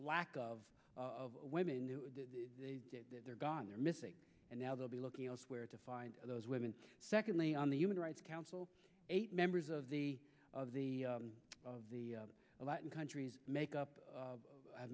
lack of women they're gone they're missing and now they'll be looking elsewhere to find those women secondly on the human rights council eight members of the of the of the latin countries make up